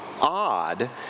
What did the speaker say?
odd